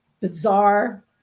bizarre